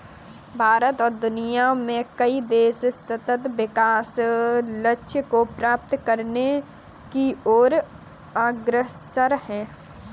भारत और दुनिया में कई देश सतत् विकास लक्ष्य को प्राप्त करने की ओर अग्रसर है